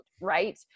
right